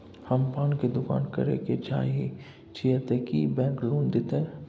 हम पान के दुकान करे चाहे छिये ते की बैंक लोन देतै?